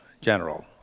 general